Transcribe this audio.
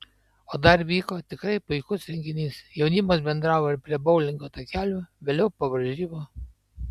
o dar vyko tikrai puikus renginys jaunimas bendravo ir prie boulingo takelių vėliau po varžybų